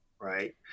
right